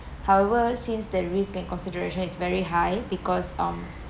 however since the risk and consideration is very high because um